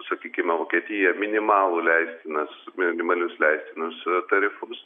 sakykime vokietija minimalų leistinas minimalius leistinus tarifus